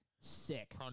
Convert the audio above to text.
sick